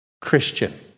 Christian